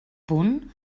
punt